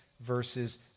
verses